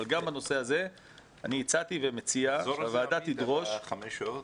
אבל גם בנושא הזה הצעתי שהוועדה תדרוש --- תחזור בבקשה על החמש שעות,